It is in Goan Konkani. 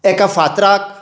एका फातराक